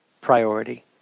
priority